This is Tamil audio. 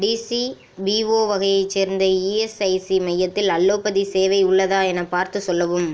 பிசிபிஓ வகையைச் சேர்ந்த ஈஎஸ்ஐசி மையத்தில் அல்லோபதி சேவை உள்ளதா என பார்த்து சொல்லவும்